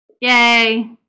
Yay